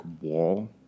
wall